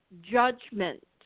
judgment